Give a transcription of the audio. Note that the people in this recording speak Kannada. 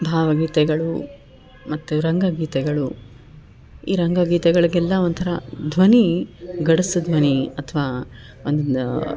ಭಾವಗೀತೆಗಳು ಮತ್ತು ರಂಗಗೀತೆಗಳು ಈ ರಂಗಗೀತೆಗಳಿಗೆಲ್ಲ ಒಂಥರ ಧ್ವನಿ ಗಡ್ಸು ಧ್ವನಿ ಅಥವಾ ಒಂದು